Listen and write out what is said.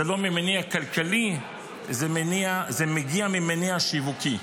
זה לא ממניע כלכלי, זה מגיע ממניע שיווקי.